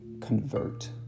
convert